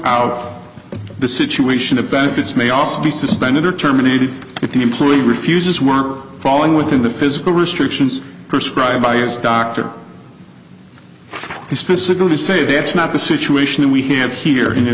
out the situation the benefits may also be suspended or terminated if the employee refuses were falling within the physical restrictions purse cried by his doctor he specifically say that's not the situation we have here in